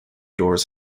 doors